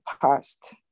past